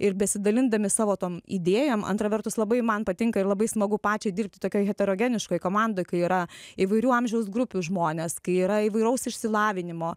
ir besidalindami savo tom idėjom antra vertus labai man patinka ir labai smagu pačiai dirbti tokioj heterogeniškoj komandoj kai yra įvairių amžiaus grupių žmonės kai yra įvairaus išsilavinimo